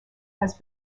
has